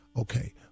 Okay